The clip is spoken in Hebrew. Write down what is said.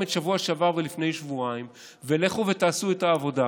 את שבוע שעבר ולפני שבועיים לכו ותעשו את העבודה.